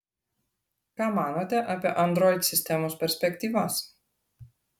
ką manote apie android sistemos perspektyvas